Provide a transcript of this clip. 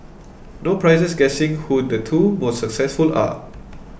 no prizes guessing who the two most successful are